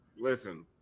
Listen